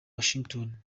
washington